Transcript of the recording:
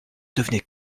devenait